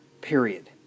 Period